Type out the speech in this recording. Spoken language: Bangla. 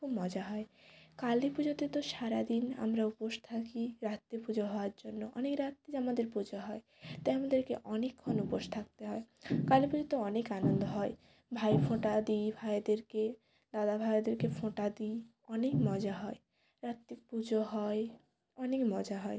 খুব মজা হয় কালী পুজোতে তো সারা দিন আমরা উপোস থাকি রাত্রে পুজো হওয়ার জন্য অনেক রাত্রে আমাদের পুজো হয় তাই আমাদেরকে অনেকক্ষণ উপোস থাকতে হয় কালী পুজোতে অনেক আনন্দ হয় ভাইফোঁটা দিই ভাইদেরকে দাদা ভাইদেরকে ফোঁটা দিই অনেক মজা হয় রাত্রে পুজো হয় অনেক মজা হয়